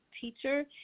teacher